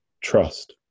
trust